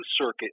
circuit